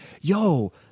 yo